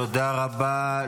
תודה רבה.